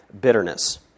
bitterness